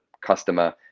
customer